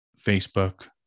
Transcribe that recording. Facebook